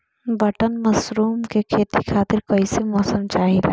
Button mushroom के खेती खातिर कईसे मौसम चाहिला?